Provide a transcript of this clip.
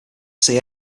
see